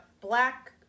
black